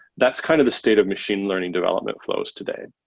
that's kind of the state of machine learning development flows today.